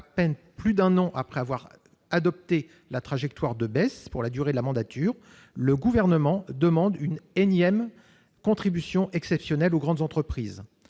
à peine plus d'un an après avoir adopté la trajectoire de baisse pour la durée de la mandature, le Gouvernement demande une énième contribution exceptionnelle aux grandes entreprises.